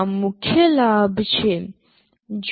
આ મુખ્ય લાભ છે